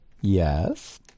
Yes